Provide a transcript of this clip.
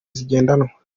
zigendanwa